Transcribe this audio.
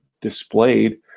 displayed